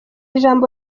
ijambo